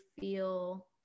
feel